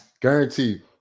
Guaranteed